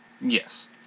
Yes